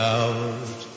out